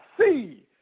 see